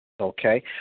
Okay